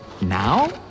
Now